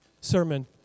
sermon